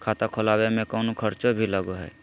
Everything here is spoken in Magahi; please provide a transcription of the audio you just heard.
खाता खोलावे में कौनो खर्चा भी लगो है?